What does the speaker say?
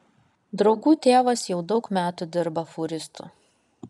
draugų tėvas jau daug metų dirba fūristu